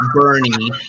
Bernie